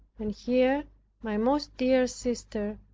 and here my most dear sister,